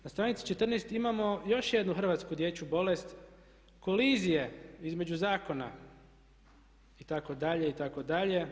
Na stranici 14. imamo još jednu hrvatsku dječju bolest kolizije između zakona itd. itd.